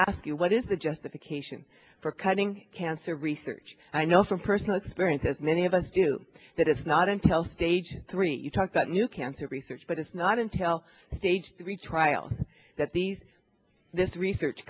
ask you what is the justification for cutting cancer research i know from personal experience as many of us do that it's not intel stage three you talk about new cancer research but it's not intel stage three trial that these this research